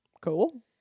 cool